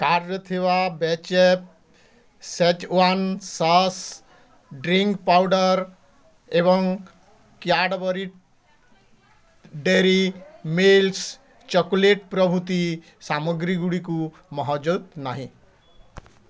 କାର୍ଟ୍ରେ ଥିବା ବେଚେଫ ଶେଜୱାନ୍ ସସ୍ ଡ୍ରିଙ୍କ୍ ପାଉଡ଼ର୍ ଏବଂ କ୍ୟାଡ୍ବରି ଡେରୀ ମିଲ୍ସ୍ ଚକୋଲେଟ୍ ପ୍ରଭୃତି ସାମଗ୍ରୀ ଗୁଡ଼ିକୁ ମହଜୁଦ ନାହିଁ